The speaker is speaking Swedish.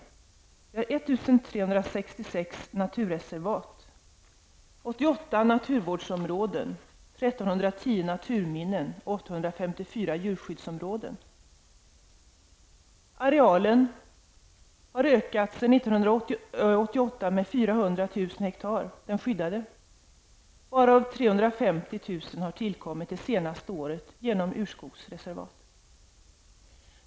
Vidare finns det 1 366 naturreservat, 88 djurskyddsområden. Den skyddade arealen har sedan 1988 ökat med 400 000 hektar, varav 350 000 hektar har tillkommit under det senaste året genom urskogsreservat.